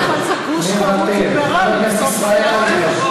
חבר הכנסת ישראל אייכלר, בבקשה, אדוני.